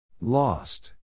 Lost